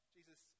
Jesus